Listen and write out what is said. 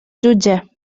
jutge